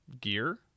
gear